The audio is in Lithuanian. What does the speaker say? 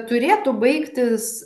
turėtų baigtis